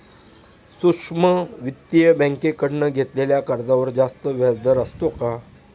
सूक्ष्म वित्तीय बँकेकडून घेतलेल्या कर्जावर जास्त व्याजदर असतो का?